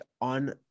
on